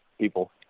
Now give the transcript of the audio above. people